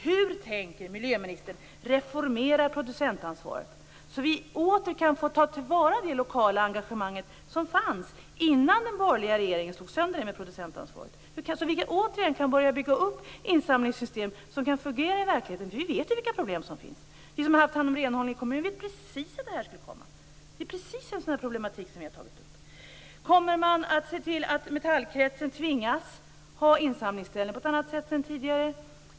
Hur tänker miljöministern reformera producentansvaret så att vi återigen kan ta till vara det lokala engagemanget - ett sådant fanns ju innan den borgerliga regeringen slog sönder det genom producentansvaret - och så att vi återigen kan börja bygga upp insamlingssystem som fungerar i verkligheten? Vi vet ju vilka problem som finns. Vi som haft hand om kommunal renhållning har vetat att just den här situationen skulle komma. Det är just en sådan här problematik som vi har tagit upp. Kommer man att se till att Metallkretsen tvingas ha insamlingsställen på ett annat sätt än tidigare?